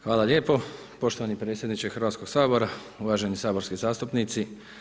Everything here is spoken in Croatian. Hvala lijepo poštovani predsjedniče Hrvatskoga sabora, uvaženi saborski zastupnici.